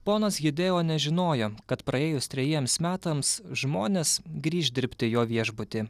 ponas hideo nežinojo kad praėjus trejiems metams žmonės grįš dirbti jo viešbuty